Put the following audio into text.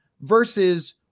versus